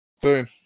boom